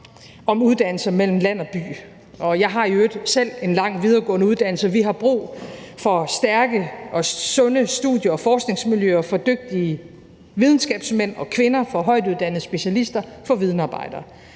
om uddannelser mellem land og by, og jeg har i øvrigt selv en lang videregående uddannelse, og vi har brug for stærke og sunde studier og forskningsmiljøer for dygtige videnskabsmænd og -kvinder, for højtuddannede specialister, for videnarbejdere,